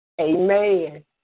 Amen